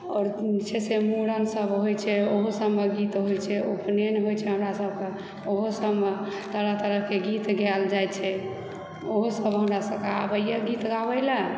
आओर छै से मुड़न सब होइ छै ओहो सबमे गीत होइत छै उपनैन होइत छै हमरसबकेँ ओहो सबमे तरह तरहकेँ गीत गाएल जाइत छै ओहो सब हमरसबकेँ आबैया गीत गाबैला